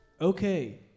Okay